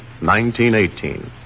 1918